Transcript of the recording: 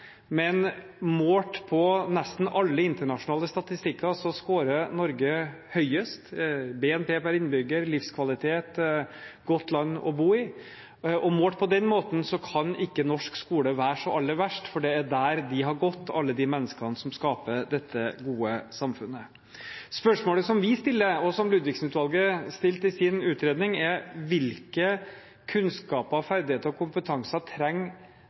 men målt på nesten alle internasjonale statistikker scorer Norge høyest: BNP per innbygger, livskvalitet, godt land å bo i. Målt på den måten kan ikke norsk skole være så aller verst, for det er der de har gått, alle de menneskene som skaper dette gode samfunnet. Spørsmålet som vi stiller, og som Ludvigsen-utvalget stilte i sin utredning, er: Hvilke kunnskaper, ferdigheter og kompetanser trenger